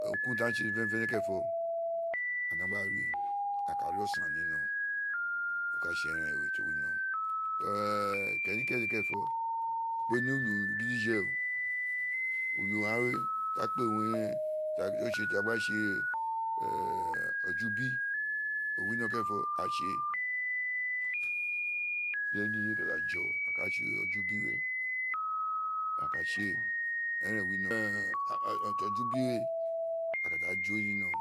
Urun kurun tí agháàn tse kénèkénè kérèntọ a nọ gba ríì a ka rí osààn ní nọ o ka tse érèn tí o wino éè kenikẹ̀dẹ̀ kẹ́rẹ̀n fọ o kpe ní ulu gidije ó ulu gháàn we owun a kpe wiin ulu ọjọ ubi o winọ́rọ̀n kẹ́rẹ́n fọ a tse ireye dedè ka da jo gba tse ojo ubi we a ka tse ẹrẹn wino ọjọ ubi we ka da ijo ní no